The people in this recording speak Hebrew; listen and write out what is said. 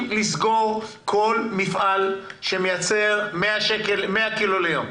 לסגור כל מפעל שמייצר 100 קילו ליום.